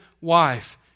wife